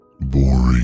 boring